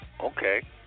Okay